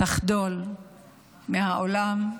תחדל מהעולם,